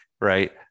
right